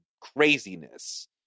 craziness